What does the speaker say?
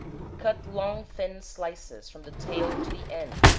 cut long thin slices from the tail to the end,